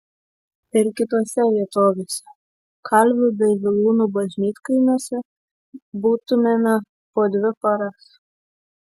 ir kitose vietovėse kalvių bei vilūnų bažnytkaimiuose būtumėme po dvi paras